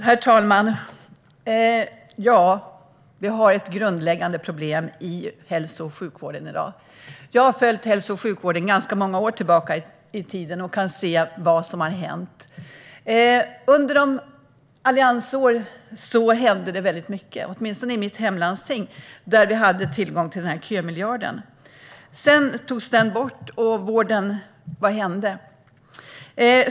Herr talman! Ja, vi har ett grundläggande problem i hälso och sjukvården i dag. Jag har följt hälso och sjukvården sedan ganska många år tillbaka och kan se vad som har hänt. Under alliansåren hände det mycket, åtminstone i mitt hemlandsting där vi hade tillgång till kömiljarden. Sedan togs den bort, och vad hände?